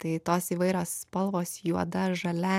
tai tos įvairios spalvos juoda žalia